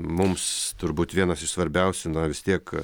mums turbūt vienas iš svarbiausių na vis tiek